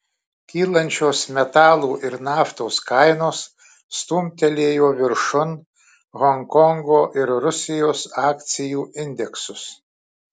kylančios metalų ir naftos kainos stumtelėjo viršun honkongo ir rusijos akcijų indeksus